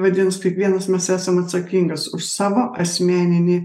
vadinas kiekvienas mes esam atsakingas už savo asmeninį